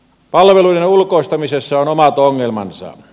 palveluiden ulkoistamisessa on omat ongelmansa